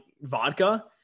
vodka